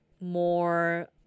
more